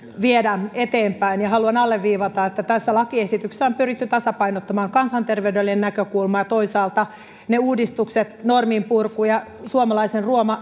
viedä eteenpäin ja haluan alleviivata että tässä lakiesityksessä on pyritty tasapainottamaan kansanterveydellinen näkökulma ja toisaalta ne uudistukset norminpurku ja suomalaisen